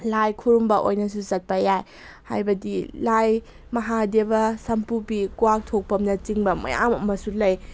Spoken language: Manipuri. ꯂꯥꯏ ꯈꯨꯔꯝꯕ ꯑꯣꯏꯅꯁꯨ ꯆꯠꯄ ꯌꯥꯏ ꯍꯥꯏꯕꯗꯤ ꯂꯥꯏ ꯃꯍꯥꯗꯦꯕ ꯁꯝꯕꯨꯕꯤ ꯀ꯭ꯋꯥꯛ ꯊꯣꯛꯄꯝꯅꯆꯤꯡꯕ ꯃꯌꯥꯝ ꯑꯃꯁꯨ ꯂꯩ